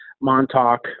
montauk